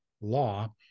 law